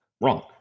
Wrong